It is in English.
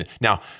Now